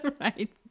Right